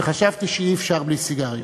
חשבתי שאי-אפשר בלי סיגריות.